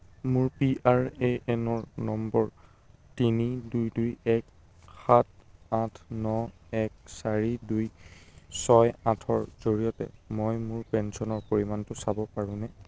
মোৰ P R A এনৰ number তিনি দুই দুই এক সাত আঠ ন এক চাৰি দুই ছয় আঠৰ জৰিয়তে মই মোৰ পেঞ্চনৰ পৰিমাণটো চাব পাৰোঁনে